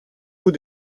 haut